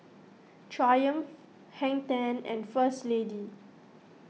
Triumph Hang ten and First Lady